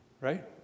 Right